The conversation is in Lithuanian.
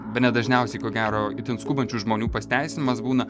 bene dažniausiai ko gero itin skubančių žmonių pasiteisinimas būna